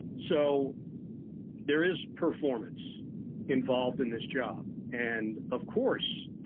so there is performance involved in this job. and of course,